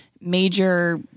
major